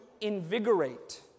invigorate